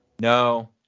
No